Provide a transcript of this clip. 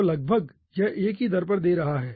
तो लगभग यह एक ही दर पर दे रहा है